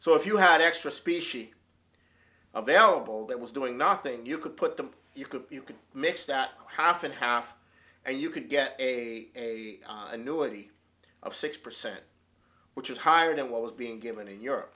so if you had extra specie available that was doing nothing you could put them you could be you could mix that half and half and you could get a new id of six percent which is higher than what was being given in europe